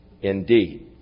Indeed